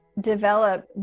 develop